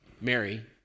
Mary